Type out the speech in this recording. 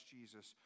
Jesus